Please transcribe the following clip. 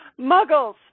Muggles